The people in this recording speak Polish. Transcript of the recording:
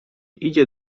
idzie